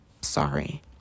Sorry